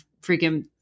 freaking